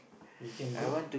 we can go